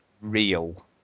real